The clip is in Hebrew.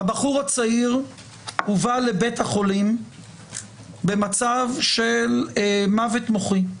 הבחור הצעיר הובא לבית החולים במצב של מוות מוחי,